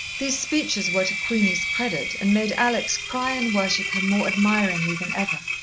these speeches were to queenie's credit, and made alex cry and worship her more admiringly than ever,